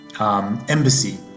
embassy